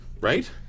Right